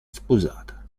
sposata